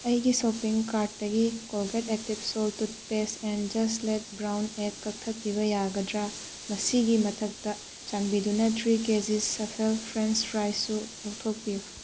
ꯑꯩꯒꯤ ꯁꯣꯄꯤꯡ ꯀꯥꯔꯠꯇꯒꯤ Colgate active salt toothpaste ꯑꯦꯟ ꯖꯁ ꯂꯦꯠ ꯕ꯭ꯔꯥꯎꯟ ꯑꯦꯛ ꯀꯛꯊꯠꯄꯤꯕ ꯌꯥꯒꯗ꯭ꯔꯥ ꯃꯁꯤꯒꯤ ꯃꯊꯛꯇ ꯆꯥꯟꯕꯤꯗꯨꯅ three K Gs Safal French ꯐ꯭ꯔꯥꯏꯁꯁꯨ ꯂꯧꯊꯣꯛꯄꯤꯌꯨ